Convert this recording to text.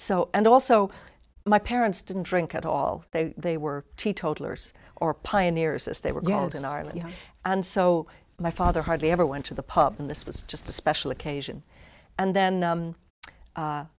so and also my parents didn't drink at all they they were teetotallers or pioneers as they were told in ireland and so my father hardly ever went to the pub and this was just a special occasion and then